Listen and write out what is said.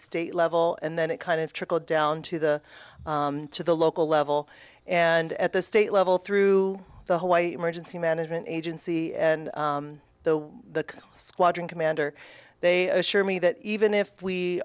state level and then it kind of trickled down to the to the local level and at the state level through the hawaii emergency management agency and the squadron commander they assure me that even if we